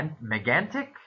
Megantic